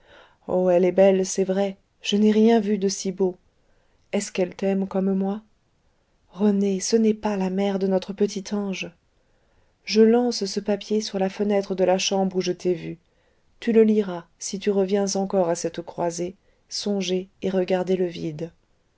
oh elle est belle c'est vrai je n'ai rien vu de si beau est-ce qu'elle t'aime comme moi rené ce n'est pas la mère de notre petit ange je lance ce papier sur la fenêtre de la chambre où je t'ai vu tu le liras si tu reviens encore à cette croisée songer et regarder le vide